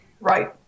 Right